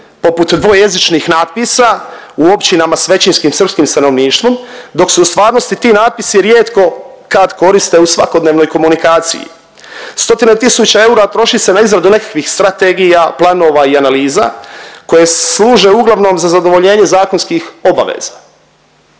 poput dvojezičnih natpisa u općinama s većinskim srpskim stanovništvom dok su u stvarnosti ti natpisi rijetko kad koriste u svakodnevnoj komunikaciji. Stotine tisuće eura troši se na izradu nekakvih strategija, planova i analiza koje služe uglavnom za zadovoljenje zakonskih obaveza.